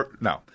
No